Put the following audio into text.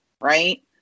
right